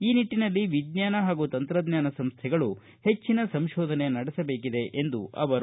ಈ ನಿಟ್ಟನಲ್ಲಿ ವಿಜ್ಞಾನ ಹಾಗೂ ತಂತ್ರಜ್ಞಾನ ಸಂಸ್ಟೆಗಳು ಹೆಚ್ಚಿನ ಸಂಶೋಧನೆ ನಡೆಸಬೇಕಿದೆ ಎಂದರು